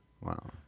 Wow